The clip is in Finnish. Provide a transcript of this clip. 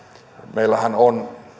meillähän on